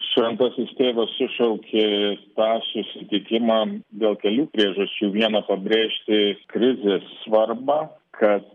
šventasis tėvas sušaukė tą susitikimą dėl kelių priežasčių viena pabrėžti krizės svarbą kad